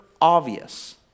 obvious